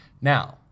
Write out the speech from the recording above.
Now